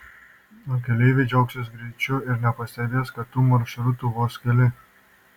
o keleiviai džiaugsis greičiu ir nepastebės kad tų maršrutų vos keli